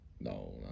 No